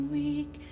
weak